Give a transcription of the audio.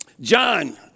John